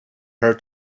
her